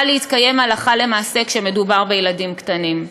להתקיים הלכה למעשה כשמדובר בילדים קטנים.